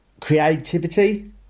creativity